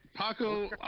Paco